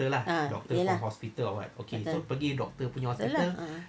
ah eh lah ya lah